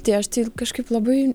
tai aš tai ir kažkaip labai